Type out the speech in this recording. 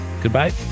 Goodbye